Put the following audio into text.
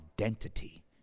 identity